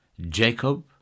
Jacob